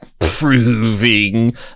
proving